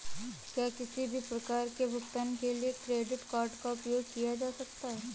क्या किसी भी प्रकार के भुगतान के लिए क्रेडिट कार्ड का उपयोग किया जा सकता है?